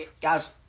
guys